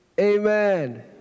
amen